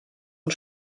und